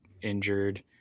injured